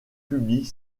publique